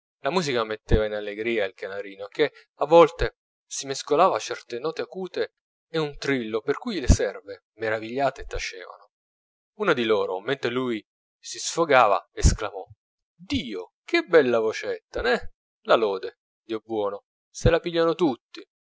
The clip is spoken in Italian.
la musica metteva in allegria il canarino che a volte si mescolava certe note acute e un trillo per cui le serve meravigliate tacevano una di loro mentre lui si sfogava esclamò dio che bella vocetta neh la lode dio buono se la pigliano tutti